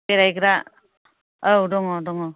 बेरायग्रा औ दङ दङ